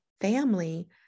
family